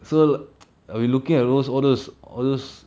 so we looking at those all those all those